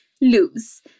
lose